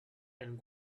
and